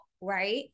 right